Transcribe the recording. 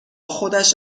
خودش